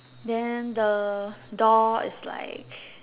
then the door is like